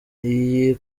iyi